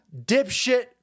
dipshit